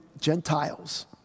Gentiles